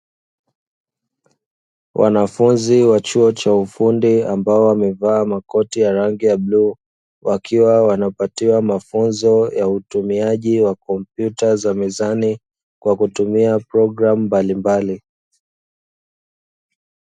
Wanafunzi wa chuo cha ufundi ambao wamevaa makoti ya rangi ya bluu, wakiwa wanapatiwa mafunzo ya utumiaji wa kompyuta za mezani kwa kutumia programu mbalimbali.